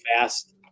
fast